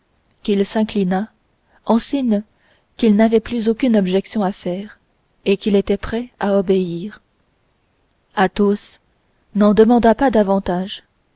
qu'il s'inclina en signe qu'il n'avait plus aucune objection à faire et qu'il était prêt à obéir athos n'en demanda pas davantage